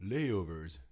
Layovers